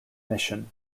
mission